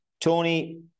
Tony